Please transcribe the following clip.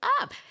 up